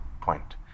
point